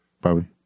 Bobby